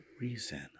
reason